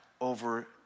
over